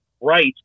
right